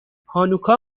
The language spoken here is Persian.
هانوکا